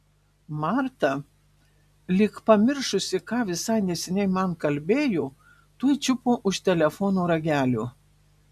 marta lyg pamiršusi ką visai neseniai man kalbėjo tuoj čiupo už telefono ragelio